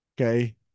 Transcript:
okay